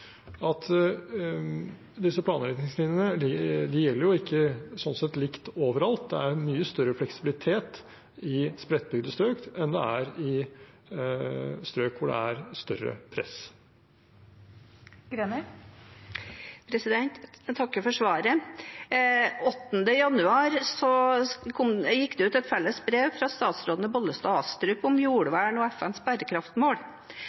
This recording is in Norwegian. at disse planretningslinjene gjelder ikke sånn sett likt overalt. Det er mye større fleksibilitet i spredtbygde strøk enn det er i strøk hvor det er større press. Jeg takker for svaret. Den 8. januar gikk det ut et felles brev fra statsrådene Bollestad og Astrup om